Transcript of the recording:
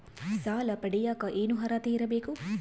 ಸಾಲ ಪಡಿಯಕ ಏನು ಅರ್ಹತೆ ಇರಬೇಕು?